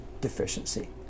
deficiency